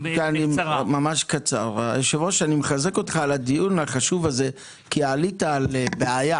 אני מחזק אותך בכך שחשוב שיהיה לנו פיקוח.